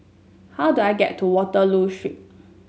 how do I get to Waterloo Street